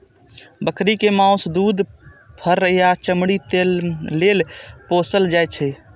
बकरी कें माउस, दूध, फर आ चमड़ी लेल पोसल जाइ छै